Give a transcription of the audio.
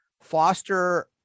foster